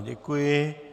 Děkuji.